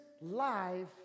life